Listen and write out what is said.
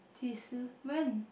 啼是 when